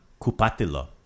Kupatilo